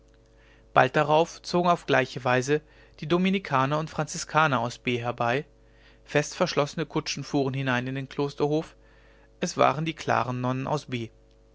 bald darauf zogen auf gleiche weise die dominikaner und franziskaner aus b herbei fest verschlossene kutschen fuhren hinein in den klosterhof es waren die klaren nonnen aus b